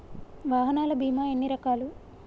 వాహనాల బీమా ఎన్ని రకాలు?